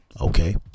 Okay